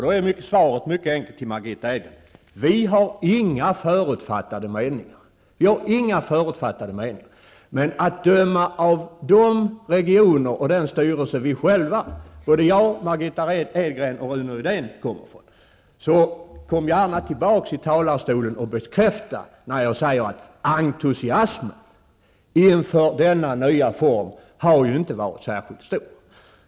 Då är svaret till Margitta Edgren mycket enkelt: Vi har inga förutfattade meningar. Men i de regioner och den styrelse som både jag, Margitta Edgren och Rune Rydén ingår i har entusiasmen inför denna nya form inte varit särskilt stor. Kom gärna tillbaka i talarstolen och bekräfta det!